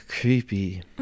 Creepy